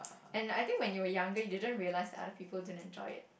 and like I think when you were younger you didn't realise other people didn't enjoy it